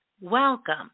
Welcome